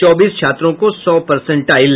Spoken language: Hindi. चौबीस छात्रों को सौ परसेंटाइल